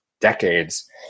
decades